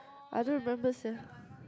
I don't remember sia